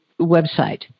website